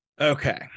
Okay